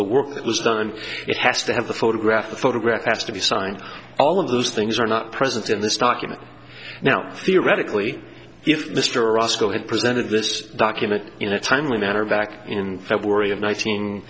that was done it has to have the photograph the photograph has to be signed all of those things are not present in this document now theoretically if mr rasco had presented this document in a timely manner back in february of nineteen